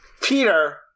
Peter